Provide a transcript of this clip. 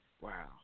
Wow